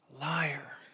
Liar